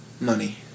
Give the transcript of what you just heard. Money